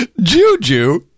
Juju